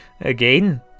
again